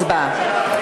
הצבעה.